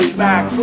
max